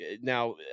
now